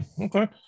Okay